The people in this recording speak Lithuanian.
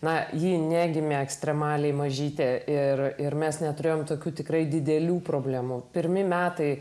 na ji netgi ekstremaliai mažytė ir ir mes neturėjome tokių tikrai didelių problemų pirmi metai